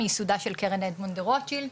מייסודה של קרן אדמונד דה רוטשילד,